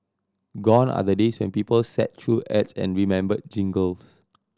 gone are the days when people sat through ads and remembered jingles